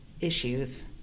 issues